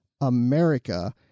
america